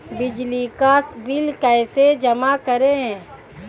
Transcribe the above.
बिजली का बिल कैसे जमा करें?